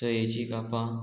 सयेची कापां